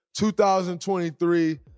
2023